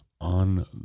on